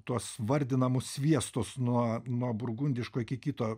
tuos vardinamus sviestus nuo nuo burgundiško iki kito